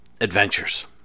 adventures